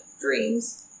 Dreams